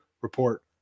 Report